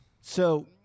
So-